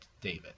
David